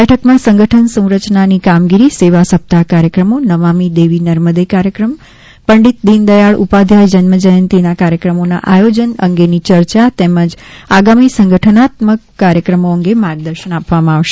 બેઠકમાં સંગઠન સંરચનાની કામગીરી સેવા સપ્તાહ કાર્યક્રમો નમામિ દેવી નર્મદે કાર્યક્રમો પંડિત દીનદયાળ ઉપાધ્યાય જન્મજયંતી કાર્યક્રમોના આયોજન અંગેની ચર્ચા તેમજ આગામી સંગઠનાત્મક કાર્યક્રમો અંગે માર્ગદર્શન આપવામાં આવશે